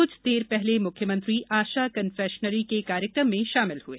कुछ देर पहले मुख्यमंत्री आशा कन्फेक्शनरी के कार्यक्रम में शामिल हुए